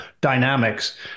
dynamics